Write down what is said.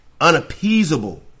unappeasable